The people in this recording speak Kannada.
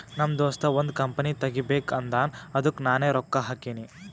ನಮ್ ದೋಸ್ತ ಒಂದ್ ಕಂಪನಿ ತೆಗಿಬೇಕ್ ಅಂದಾನ್ ಅದ್ದುಕ್ ನಾನೇ ರೊಕ್ಕಾ ಹಾಕಿನಿ